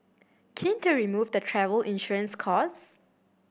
keen to remove the travel insurance cost